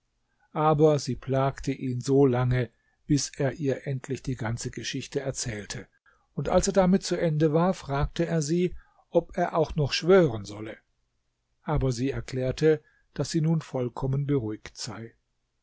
aber sie plagte ihn so lange bis er ihr endlich die ganze geschichte erzählte und als er damit zu ende war fragte er sie ob er auch noch schwören solle aber sie erklärte daß sie nun vollkommen beruhigt sei